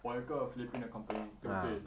我有一个 phillipines the company 对不对